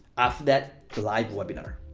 after that, the live webinar.